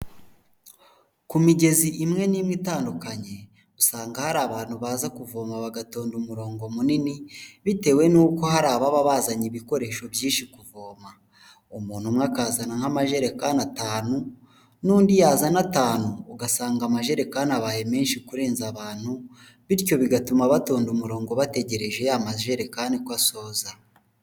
Ku migezi imwe n'imwe itandukanye, usanga hari abantu baza kuvoma bagatonda umurongo munini bitewe n'uko hari ababa bazanye ibikoresho byinshi kuvoma, umuntu umwe akazana nk'amajerekani atanu n'undi yazana atanu ugasanga amajerekani aba menshi kurenza abantu, bityo bigatuma batonda umurongo bategereje ya majerekani ko asoza.